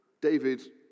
David